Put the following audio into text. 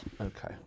Okay